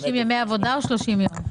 30 ימי עבודה או 30 ימים?